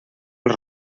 els